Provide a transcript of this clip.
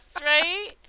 right